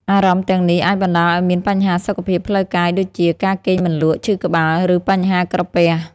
អារម្មណ៍ទាំងនេះអាចបណ្ដាលឲ្យមានបញ្ហាសុខភាពផ្លូវកាយដូចជា ការគេងមិនលក់ ឈឺក្បាល ឬបញ្ហាក្រពះ។